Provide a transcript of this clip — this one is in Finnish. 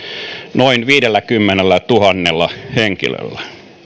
noin viidelläkymmenellätuhannella henkilöllä